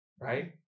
Right